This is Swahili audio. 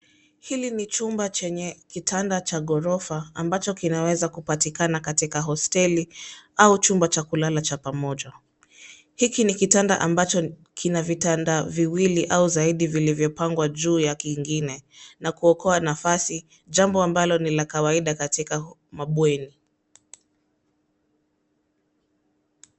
Hili ni chumba chenye kitanda cha ghorofa ambacho kinaweza kupatikana katika hosteli au chumba cha kulala cha pamoja. Hiki ni kitanda ambacho kina vitanda viwili au zaidi vilivyopangwa juu ya kingine na kuokoa nafasi, jambo ambalo ni la kawaida katika mabweni.